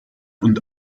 und